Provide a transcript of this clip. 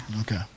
Okay